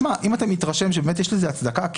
אם אתה מתרשם שבאמת יש לזה הצדקה,